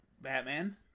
Batman